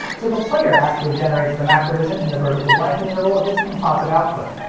so the player actually generates the macrovision in the vertical blanking interval of its composite output.